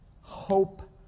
Hope